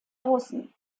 russen